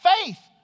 faith